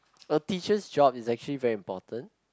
a teacher's job is actually very important